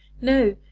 no,